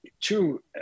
two